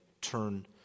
turn